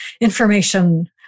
information